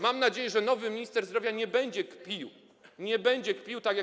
Mam nadzieję, że nowy minister zdrowia nie będzie kpił, nie będzie kpił tak jak